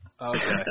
Okay